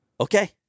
okay